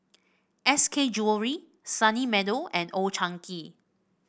S K Jewellery Sunny Meadow and Old Chang Kee